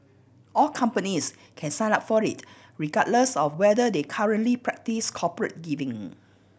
all companies can sign up for it regardless of whether they currently practise corporate giving